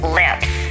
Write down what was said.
lips